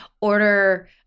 order